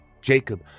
Jacob